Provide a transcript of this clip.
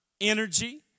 energy